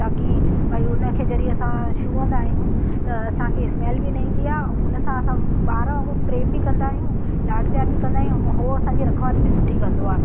ताकी भाई उन खे जॾहि असां छुअंदा आहियूं त असांखे स्मैल बि न ईंदी आहे हुन सां असां ॿार वांगुरु प्रेम बि कंदा आहियूं लाड प्यार बि कंदा आहियूं ऐं हू असांजी रखवाली बि सुठी कंदो आहे